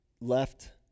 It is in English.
left